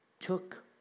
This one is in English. took